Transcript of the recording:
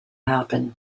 happen